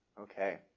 Okay